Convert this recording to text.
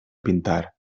pintar